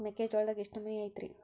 ಮೆಕ್ಕಿಜೋಳದಾಗ ಎಷ್ಟು ನಮೂನಿ ಐತ್ರೇ?